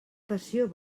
passió